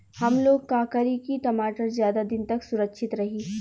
हमलोग का करी की टमाटर ज्यादा दिन तक सुरक्षित रही?